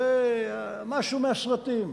זה משהו מהסרטים.